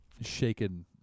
shaken